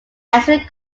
answered